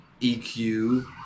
EQ